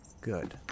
Good